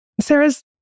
Sarah's